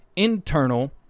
Internal